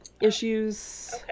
issues